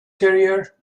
career